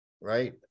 right